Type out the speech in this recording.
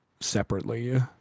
separately